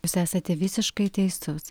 jūs esate visiškai teisus